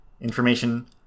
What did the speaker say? information